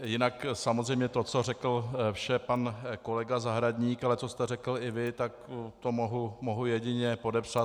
Jinak samozřejmě to, co řekl vše pan kolega Zahradník, ale co jste řekl i vy, tak to mohu jedině podepsat.